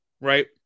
right